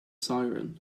siren